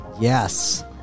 yes